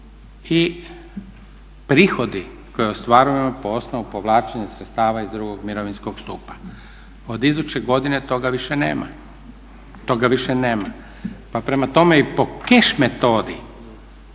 i prihodi koje ostvarujemo po osnovu povlačenja sredstava iz drugog mirovinskog stupa. Od iduće godine toga više nema, toga više nema. Pa prema tome i po keš metodi